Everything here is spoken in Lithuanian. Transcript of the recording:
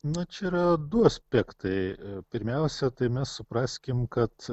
na čia yra du aspektai pirmiausia tai mes supraskim kad